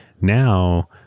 now